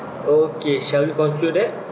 okay shall we conclude that